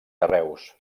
carreus